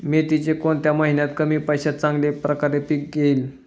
मेथीचे कोणत्या महिन्यात कमी पैशात चांगल्या प्रकारे पीक येईल?